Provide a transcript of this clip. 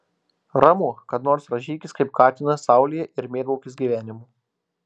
ramu kad nors rąžykis kaip katinas saulėje ir mėgaukis gyvenimu